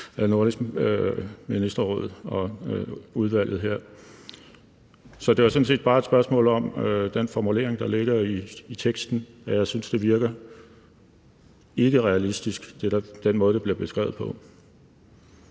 af Nordisk Ministerråd og udvalget her. Det var sådan set bare et spørgsmål om den formulering, der ligger i teksten, nemlig at jeg synes, at den måde, det bliver beskrevet på,